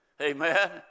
Amen